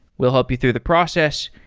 we'll help you through the process,